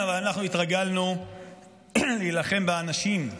אבל אנחנו התרגלנו להילחם באנשים,